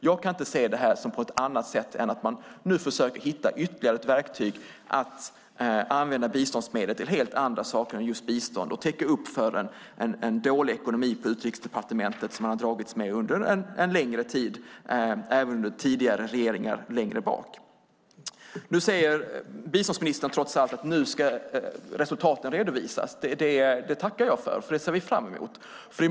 Jag kan inte se det här på ett annat sätt än att man nu försöker hitta ytterligare ett verktyg för att använda biståndsmedel till helt andra saker än just bistånd och täcka upp för en dålig ekonomi på Utrikesdepartementet som man har dragits med under en längre tid, även under tidigare regeringar längre bak. Nu säger biståndsministern trots allt att resultaten ska redovisas. Det tackar jag för. Det ser vi fram emot.